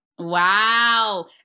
Wow